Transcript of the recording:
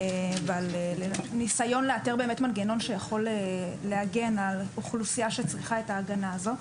ועל ניסיון לאתר מנגנון שיכול להגן על אוכלוסייה שצריכה את ההגנה הזאת.